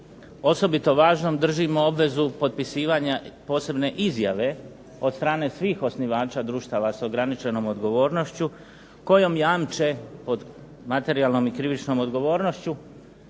osobito važnim držimo obvezu potpisivanja posebne izjave od strane svih osnivača društava sa ograničenom odgovornošću kojom jamče pod materijalnom i krivičnom odgovornošću